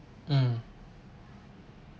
mm